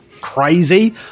crazy